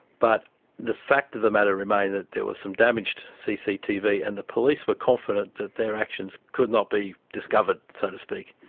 but the fact of the matter remained that there was some damaged cctv and the police were confident that their actions could not be discovered, so to speak.